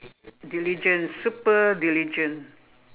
diligent super diligent